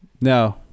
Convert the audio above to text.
No